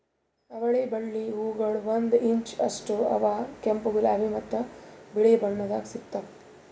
ಅವಳಿ ಬಳ್ಳಿ ಹೂಗೊಳ್ ಒಂದು ಇಂಚ್ ಅಷ್ಟು ಅವಾ ಕೆಂಪು, ಗುಲಾಬಿ ಮತ್ತ ಬಿಳಿ ಬಣ್ಣದಾಗ್ ಸಿಗ್ತಾವ್